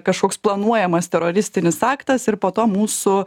kažkoks planuojamas teroristinis aktas ir po to mūsų